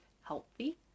healthy